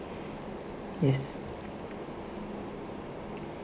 yes